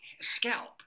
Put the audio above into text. scalp